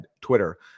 Twitter